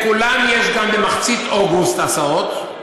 לכולם יש גם במחצית אוגוסט הסעות,